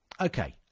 okay